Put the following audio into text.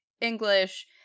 English